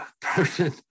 person